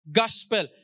gospel